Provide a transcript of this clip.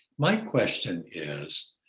my question is,